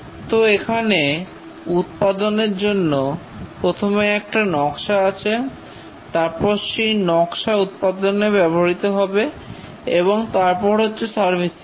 তো এখানে উৎপাদনের জন্য প্রথমে একটা নকশা আছে তারপর সেই নকশা উৎপাদনে ব্যবহৃত হবে এবং তারপর হচ্ছে সার্ভিসিং